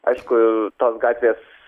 aišku tos gatvės